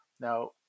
Now